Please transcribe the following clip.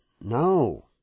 No